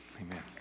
Amen